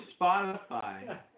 Spotify